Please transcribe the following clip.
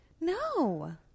no